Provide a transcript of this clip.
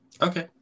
Okay